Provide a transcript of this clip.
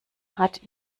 hat